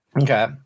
Okay